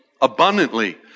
abundantly